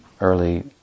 early